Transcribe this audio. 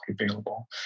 available